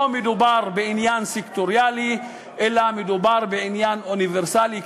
מדובר בעניין סקטוריאלי אלא בעניין אוניברסלי,